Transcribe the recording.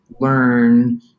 learn